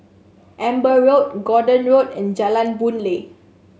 Amber Road Gordon Road and Jalan Boon Lay